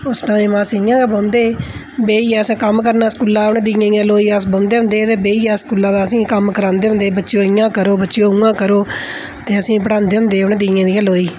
उस टाइम अस इ'यां गै बौंह्दे हे बेहियै असें कम्म करना स्कूला दा उ'नें दियें दी लोई अस बौंह्दे होंदे हे ते बेहियै अस स्कूला दा असें गी कम्म करांदे होंदे हे इ'यां करो बच्चे उ'आं करो बच्चेओ ते असें गी पढांदे होंदे हे दियें दी गै लोई